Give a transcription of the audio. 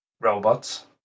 robots